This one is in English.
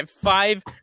five